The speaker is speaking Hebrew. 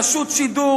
רשות שידור